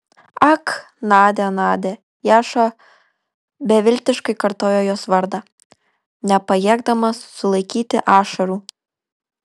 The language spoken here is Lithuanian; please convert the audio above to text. ak nadia nadia jaša beviltiškai kartojo jos vardą nepajėgdamas sulaikyti ašarų